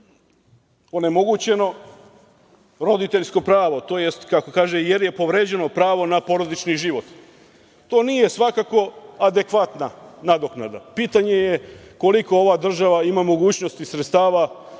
onemogućeno roditeljsko pravo, tj. kako kaže jer je povređeno pravo na porodični život. To nije svakako adekvatna nadoknada. Pitanje je koliko ova država ima mogućnost i sredstava